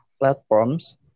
platforms